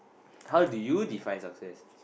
how did you define success